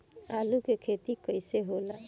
आलू के खेती कैसे होला?